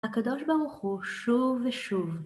הקדוש ברוך הוא שוב ושוב